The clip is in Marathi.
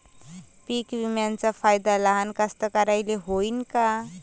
पीक विम्याचा फायदा लहान कास्तकाराइले होईन का?